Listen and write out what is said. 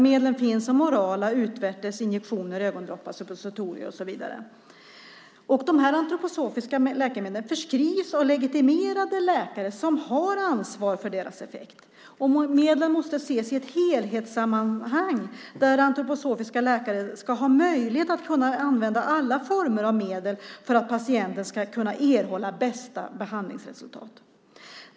Medlen finns som orala, utvärtes, injektioner, ögondroppar, suppositorier och så vidare. De här antroposofiska läkemedlen förskrivs av legitimerade läkare som har ansvar för deras effekt, och medlen måste ses i ett helhetssammanhang där antroposofiska läkare ska ha möjlighet att kunna använda alla former av medel för att patienten ska kunna erhålla bästa behandlingsresultat.